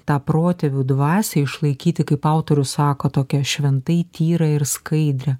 tą protėvių dvasią išlaikyti kaip autorius sako tokia šventai tyrą ir skaidrią